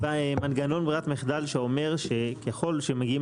הבקשה שלנו זה מנגנון ברירת מחדל שאומר שככל שמגיעים